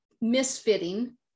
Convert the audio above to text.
misfitting